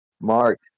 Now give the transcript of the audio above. Mark